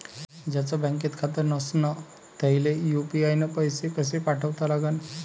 ज्याचं बँकेत खातं नसणं त्याईले यू.पी.आय न पैसे कसे पाठवा लागन?